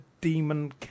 demon